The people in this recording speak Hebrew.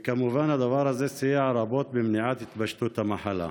וכמובן שהדבר הזה סייע רבות במניעת התפשטות המחלה.